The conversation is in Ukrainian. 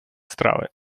страви